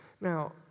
Now